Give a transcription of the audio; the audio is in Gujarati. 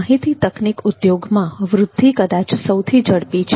માહિતી તકનીક ઉદ્યોગમાં વૃદ્ધિ કદાચ સૌથી ઝડપી છે